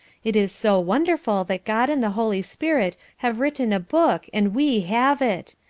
it is so wonderful that god and the holy spirit have written a book and we have it!